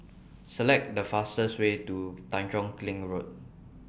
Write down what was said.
Select The fastest Way to Tanjong Kling Road